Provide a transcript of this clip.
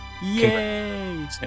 Yay